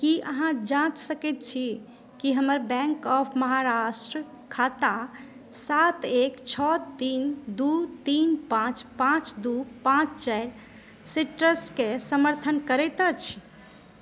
की अहाँ जाँचि सकैत छी कि हमर बैंक ऑफ महाराष्ट्र खाता सात एक छऽ तीन दू तीन पाँच पाँच दू पाँच चाइर सीट्रसके समर्थन करैत अछि